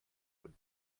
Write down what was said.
would